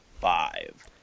five